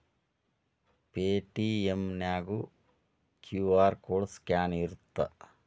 Paytm ನ್ಯಾಗು QR code scan ಇರತ್ತ